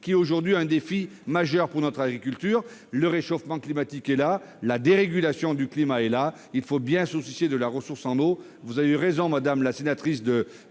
qui est aujourd'hui majeur pour notre agriculture. Le réchauffement climatique et la dérégulation du climat sont là ; il nous faut donc nous soucier de la ressource en eau. Vous avez eu raison, madame la sénatrice, de